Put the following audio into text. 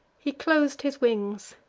he clos'd his wings,